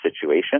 situation